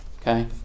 okay